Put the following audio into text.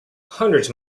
hundreds